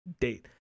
date